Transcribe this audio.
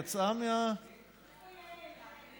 יצאה, איפה יעל?